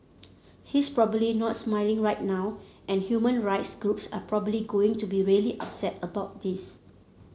he's probably not smiling right now and human rights groups are probably going to be really upset about this